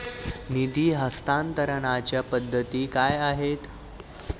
निधी हस्तांतरणाच्या पद्धती काय आहेत?